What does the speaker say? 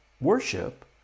worship